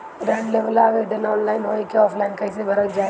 ऋण लेवेला आवेदन ऑनलाइन होई की ऑफलाइन कइसे भरल जाई?